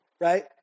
right